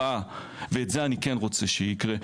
וזה אני כן רוצה שיקרה,